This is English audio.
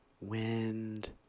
wind